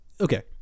Okay